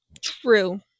True